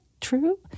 true